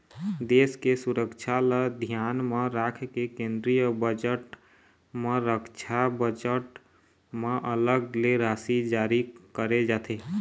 देश के सुरक्छा ल धियान म राखके केंद्रीय बजट म रक्छा बजट म अलग ले राशि जारी करे जाथे